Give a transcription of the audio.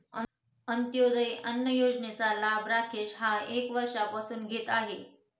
अंत्योदय अन्न योजनेचा लाभ राकेश हा एक वर्षापासून घेत आहे